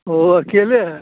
ओ अकेले हैं